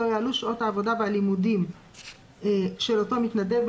לא יעלו שעות העבודה והלימודים של אותו מתנדב,